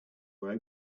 were